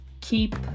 keep